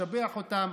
משבח אותם,